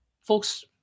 folks